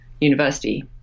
university